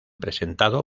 presentado